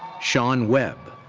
sean webb.